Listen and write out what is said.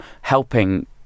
helping